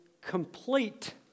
complete